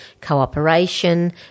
cooperation